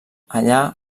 allà